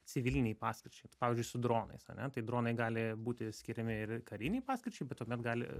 civilinei paskirčiai pavyzdžiui su dronais ane tai dronai gali būti skiriami ir karinei paskirčiai bet tuomet gali